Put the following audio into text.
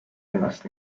ennast